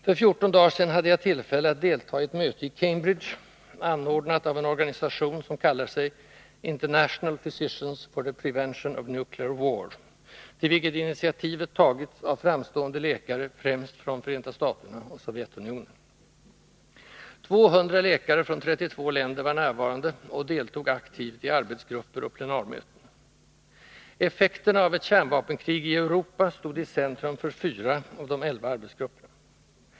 För 14 dagar sedan hade jag tillfälle att deltaga i ett möte i Cambridge, anordnat av en organisation som kallar sig International Physicians for the Prevention of Nuclear War, till vilken initiativet tagits av framstående läkare främst från USA och Sovjetunionen. 200 läkare från 32 länder var närvarande och deltog aktivt i arbetsgrupper och plenarmöten. Effekterna av ett kärnvapenkrig i Europa stod i centrum för fyra av de elva arbetsgrupperna.